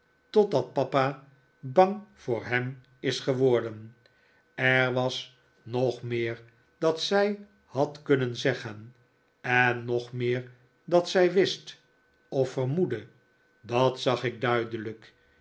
papa bang voor hem is geworden er was nog meer dat zij had kunnen zeggen en nog meer dat zij wist of vermoedde dat zag ik duidelijk